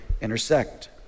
intersect